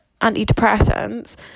antidepressants